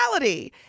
reality